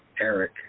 eric